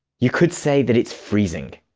you could say that it's freezing.